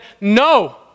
No